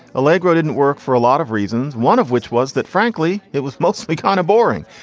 allegro didn't work for a lot of reasons, one of which was that, frankly, it was mostly kind of boring.